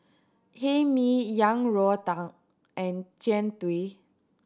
Hae Mee Yang Rou Tang and Jian Dui